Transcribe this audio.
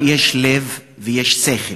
אבל יש לב ויש שכל.